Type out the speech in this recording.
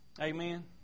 Amen